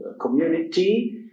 community